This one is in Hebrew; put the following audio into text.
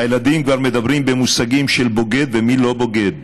הילדים כבר מדברים במושגים של מי בוגד ומי לא בוגד.